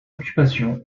occupation